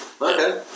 okay